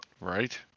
Right